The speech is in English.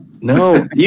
No